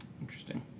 Interesting